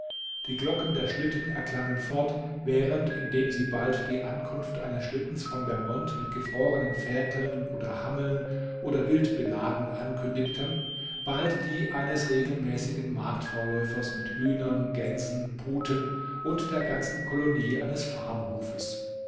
die glocken der schlitten erklangen fort während indem sie bald die ankunft eines schlittens von vermont mit gefrorenen ferkeln oder hammeln oder wild beladen ankündigten bald die eines regelmäßigen marktvorläufers mit hühnern gänsen puten und der ganzen kolonie eines